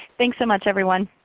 thanks so much everyone.